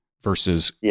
versus